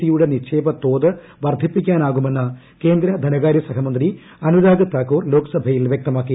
സിയുടെ നിക്ഷേപ തോത് വർദ്ധിപ്പിക്കാനാകുമെന്ന് കേന്ദ്രധനകാര്യ സഹമന്ത്രി അനുരാഗ് താക്കൂർ ലോക്സഭയിൽ വ്യക്തമാക്കി